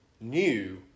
new